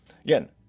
again